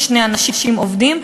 שני אנשים עובדים,